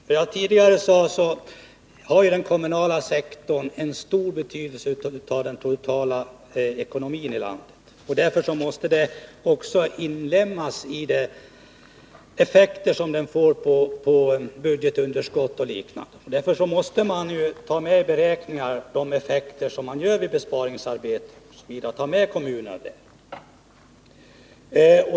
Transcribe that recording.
Som jag tidigare sade står den kommunala sektorn för en stor del av den totala ekonomin i landet, och därför måste den också inlemmas i kalkylen när det gäller effekterna på budgetunderskott och liknande. Man måste alltså ta med kommunerna i beräkningarna av besparingsarbetets effekter.